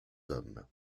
hommes